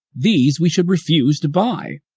these we should refuse to buy,